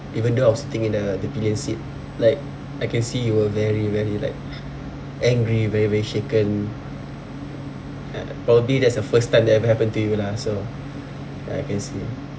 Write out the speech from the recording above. even though I was sitting in the the pillion seat like I can see you were very very like angry very very shaken uh probably that's the first time that ever happened to you lah so ya I can see